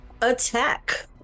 attack